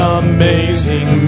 amazing